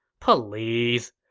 puh-leeze.